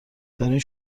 دارین